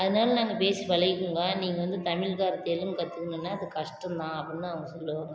அதனால் நாங்கள் பேசி பழகிக்குங்கோ நீங்கள் வந்து தமிழ்காரர் தெலுங்கு கத்துக்கணுன்னா அது கஷ்டந்தான் அப்படின்னு அவங்க சொல்வாங்க